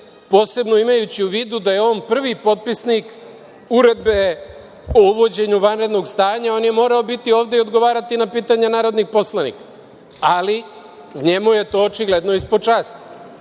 posebno imajući u vidu da je on prvi potpisnik Uredbe o uvođenju vanrednog stanja, on je morao biti ovde i odgovarati na pitanja narodnih poslanika, ali njemu je to očigledno ispod